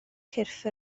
cyrff